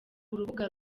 urubuga